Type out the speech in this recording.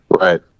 Right